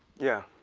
yeah,